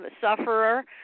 sufferer